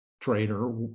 trader